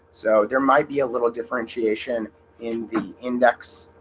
so there might be a little differentiation in the index